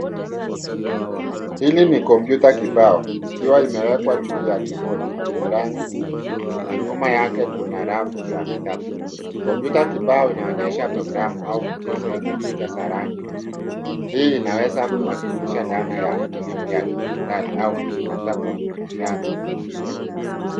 Hili ni kompyuta kibao ikiwa imewekwa juu ya kibodi yenye rangi nyingi na nyuma yake kuna rafu za vitabu. Kompyuta kibao inaonyesha programu au mchezo yenye picha za rangi .Hii inaweza kuwakilisha dhana ya elimu ya kidigitali au kujifunza kwa kutumia teknolojia.